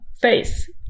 face